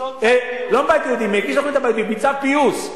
מ"צו פיוס"